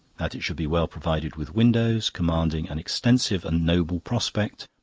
that it should be well provided with windows commanding an extensive and noble prospect,